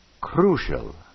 crucial